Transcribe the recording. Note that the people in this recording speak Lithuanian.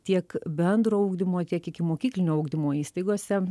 tiek bendro ugdymo tiek ikimokyklinio ugdymo įstaigose